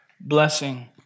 blessing